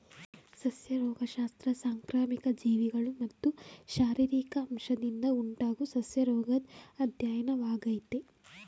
ಸಸ್ಯ ರೋಗಶಾಸ್ತ್ರ ಸಾಂಕ್ರಾಮಿಕ ಜೀವಿಗಳು ಮತ್ತು ಶಾರೀರಿಕ ಅಂಶದಿಂದ ಉಂಟಾಗೊ ಸಸ್ಯರೋಗದ್ ಅಧ್ಯಯನವಾಗಯ್ತೆ